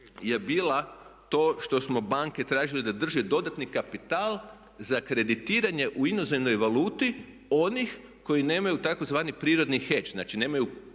je bila to što smo banke tražili da drže dodatni kapital za kreditiranje u inozemnoj valuti onih koji nemaju tzv. prirodni hetch, znači nemaju